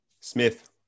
Smith